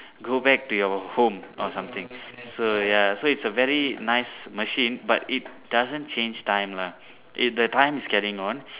go back to your home or something so ya so its a very nice machine but it doesn't change time lah it the time is carrying on